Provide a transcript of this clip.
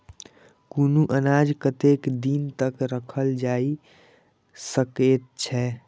कुनू अनाज कतेक दिन तक रखल जाई सकऐत छै?